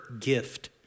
gift